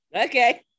Okay